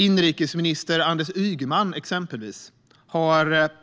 Inrikesminister Ygeman har till exempel